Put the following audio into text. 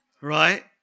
right